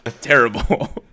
terrible